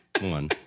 One